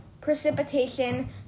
precipitation